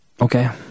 Okay